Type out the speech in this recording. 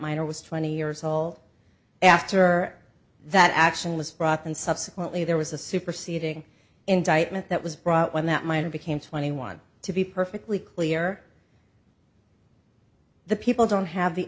minor was twenty years old after that action was brought and subsequently there was a superseding indictment that was brought when that minor became twenty one to be perfectly clear the people don't have the